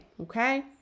Okay